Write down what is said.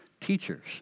teachers